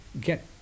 get